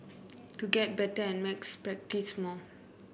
to get better at maths practise more